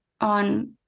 on